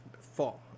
Fall